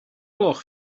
gloch